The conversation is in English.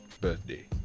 birthday